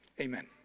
Amen